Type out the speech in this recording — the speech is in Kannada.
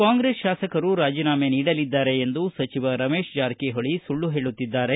ಕಾಂಗ್ರೆಸ್ ಶಾಸಕರು ರಾಜಿನಾಮೆ ನೀಡಲಿದ್ದಾರೆ ಎಂದು ಸಚಿವ ರಮೇಶ್ ಜಾರಕಿಹೊಳಿ ಸುಳ್ಳು ಹೇಳುತ್ತಿದ್ದಾರೆ